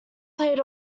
played